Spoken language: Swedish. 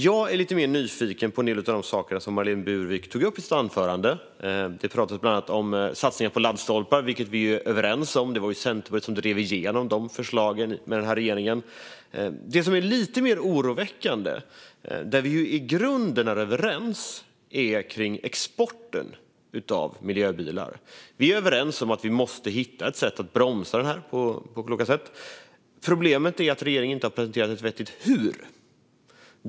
Jag är lite mer nyfiken på en del av de saker som Marlene Burwick tog upp i sitt anförande. Det pratades bland annat om satsningar på laddstolpar, vilket vi är överens om. Det var Centerpartiet som drev igenom dessa förslag med denna regering. Det som är lite mer oroväckande, där vi i grunden är överens, handlar om exporten av miljöbilar. Vi är överens om att vi måste hitta ett sätt att bromsa detta på olika sätt. Problemet är att regeringen inte har presenterat ett vettigt förslag om hur detta ska ske.